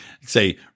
say